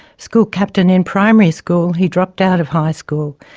school captain in primary school, he dropped out of high school,